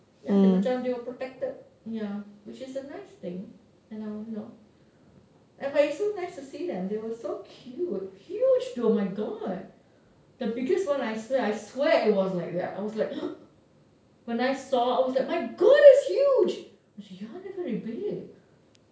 ya dah macam they were protected ya which is a nice thing you know and but it's so nice to see them they were so cute huge though oh my god the biggest one I swear I swear it was like that I was like when I saw I was like my god it's huge ya they're very big